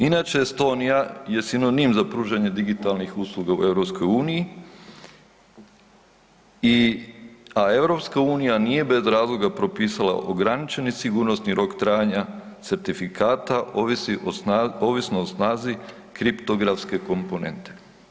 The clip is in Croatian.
Inače Estonija je sinonim za pružanje digitalnih usluga u EU i, a EU nije bez razloga propisala ograničeni sigurnosni rok trajanja certifikata ovisi o, ovisno o snazi kriptografske komponente.